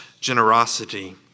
generosity